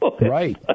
right